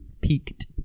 peaked